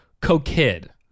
co-kid